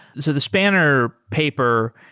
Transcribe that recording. so the spanner paper,